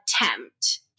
attempt